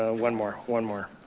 ah one more, one more.